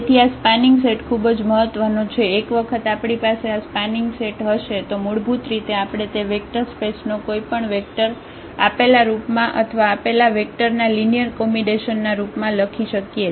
તેથી આ spanning set ખુબજ મહત્વનો છે એકવખત આપણી પાસે આ સ્પાનિંગ સેટ હશે તો મૂળભૂત રીતે આપણે તે વેક્ટર સ્પેસ નો કોઈપણ વેક્ટર આપેલા રૂપમાં અથવા આપેલા વેક્ટર ના લિનિયર કોમ્બિનેશનના રૂપમાં લખી શકીએ